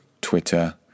Twitter